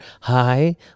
Hi